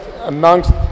amongst